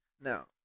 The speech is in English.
Now